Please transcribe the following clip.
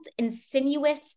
insinuous